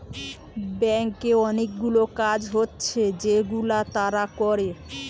ব্যাংকে অনেকগুলা কাজ হচ্ছে যেগুলা তারা করে